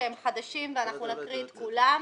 שהם חדשים ואנחנו נקרא את כולם,